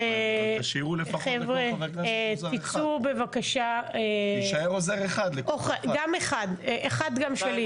כך שנוכל למדוד גם את עצמנו וגם במקרה זה את הגופים הכפופים למשרד,